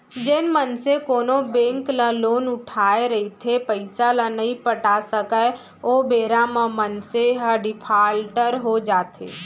जेन मनसे कोनो बेंक ले लोन उठाय रहिथे पइसा ल नइ पटा सकय ओ बेरा म मनसे ह डिफाल्टर हो जाथे